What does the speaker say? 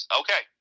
okay